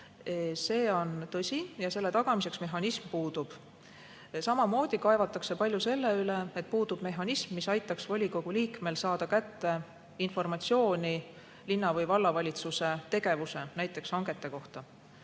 Paraku puudub selle tagamiseks mehhanism. Samamoodi kaevatakse palju selle üle, et puudub mehhanism, mis aitaks volikogu liikmel saada kätte informatsiooni linna‑ või vallavalitsuse tegevuse, näiteks hangete kohta.